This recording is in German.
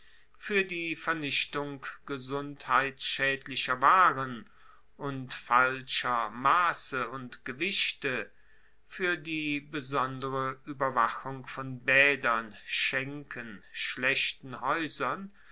fuer die vernichtung gesundheitsschaedlicher waren und falscher masse und gewichte fuer die besondere ueberwachung von baedern schenken schlechten haeusern